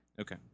Okay